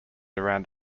around